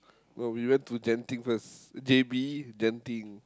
but we went to Genting first J_B Genting